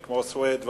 כמו סוייד,